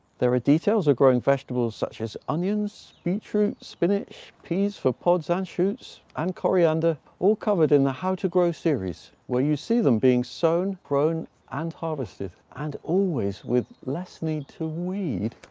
there are details of growing vegetables, such as onions, beetroot, spinach, peas for pods and shoots and coriander, all covered in the how to grow series, where you see them being being sown, grown and harvested and always with less need to weed,